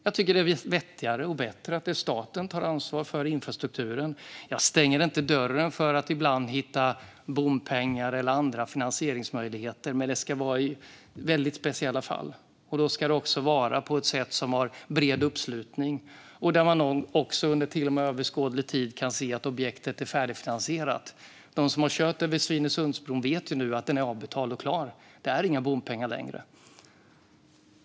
Jag tycker att det är vettigare och bättre att staten tar ansvar för infrastrukturen. Jag stänger inte dörren för att ibland hitta bompengar eller andra finansieringsmöjligheter, men det ska vara i väldigt speciella fall. Då ska det också vara på ett sätt som det finns bred uppslutning om och som gör det möjligt att inom överskådlig tid se att objektet är färdigfinansierat. De som har kört över Svinesundsbron vet att den nu är avbetalad och klar, för man betalar inga bompengar längre.